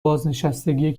بازنشستگی